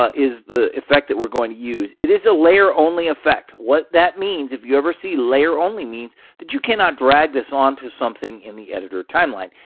ah is the effect that we're going to use. it is a layer only effect. what that means, if you ever see layer only, means that you cannot drag this onto something in the editor timeline.